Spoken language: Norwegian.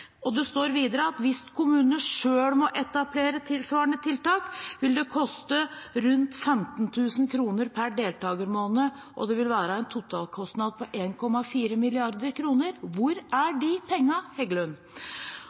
Det står videre: «Hvis kommunene selv må etablere tilsvarende tiltak, vil dette koste rundt kr. 15 000 per deltakermåned». Det vil være en totalkostnad på 1,4 mrd. kr. Hvor er de pengene, Heggelund?